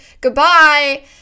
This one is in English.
goodbye